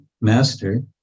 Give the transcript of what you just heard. master